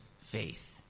faith